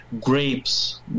grapes